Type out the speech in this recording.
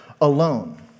alone